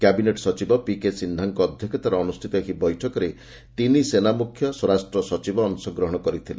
cabinet ସଚିବ PK ସିହ୍ନାଙ୍କ ଅଧ୍ୟକ୍ଷତାରେ ଅନୁଷ୍ଠିତ ଏହି ବୈଠକରେ ତିନି ସେନା ମୁଖ୍ୟ ସ୍ୱରାଷ୍ଟ୍ର ସଚିବ ଅଂଶ ଗ୍ରହଣ କରିଥିଲେ